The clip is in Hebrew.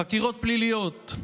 13. חקירות פליליות,